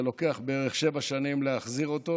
לוקח בערך שבע שנים להחזיר אותו.